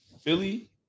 Philly